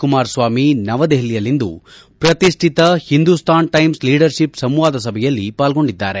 ಕುಮಾರಸ್ವಾಮಿ ನವದೆಹಲಿಯಲ್ಲಿಂದು ಪ್ರತಿಷ್ಠಿತ Hindustan Times leadership ಸಂವಾದ ಸಭೆಯಲ್ಲಿ ಪಾಲ್ಗೊಂಡಿದ್ದಾರೆ